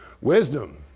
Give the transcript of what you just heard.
Wisdom